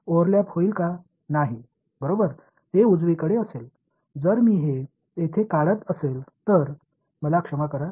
எனவே நாம் என்ன செய்ய முயற்சிக்கிறோம் என்பது யோசனை தெளிவாக உள்ளது